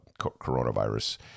coronavirus